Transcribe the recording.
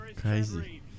crazy